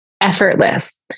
effortless